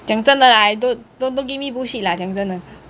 讲真的 lah don't don't don't give me bullshit lah 讲真的